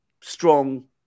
strong